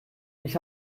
ich